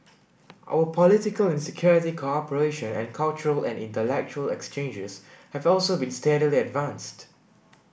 our political and security cooperation and cultural and intellectual exchanges have also been steadily advanced